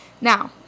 Now